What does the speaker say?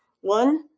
One